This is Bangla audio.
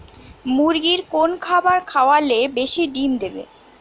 মুরগির কোন খাবার খাওয়ালে বেশি ডিম দেবে?